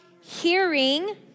hearing